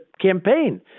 campaign